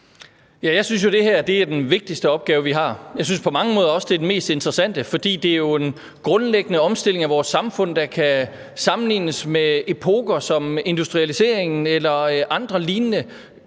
Jeg synes jo, det her er den vigtigste opgave, vi har. Jeg synes på mange måder også, det er den mest interessante, fordi det jo er en grundlæggende omstilling af vores samfund, der kan sammenlignes med epoker som industrialiseringen eller andre lignende